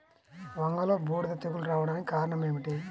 వంగలో బూడిద తెగులు రావడానికి కారణం ఏమిటి?